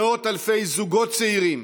מאות אלפי זוגות צעירים